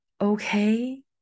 Okay